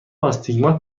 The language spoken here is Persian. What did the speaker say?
آستیگمات